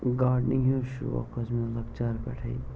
gardening ہُنٛد شوق اوٗس مےٚ لَکچار پٮ۪ٹھَے